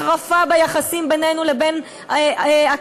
החרפה ביחסים בינינו לבין הקהילה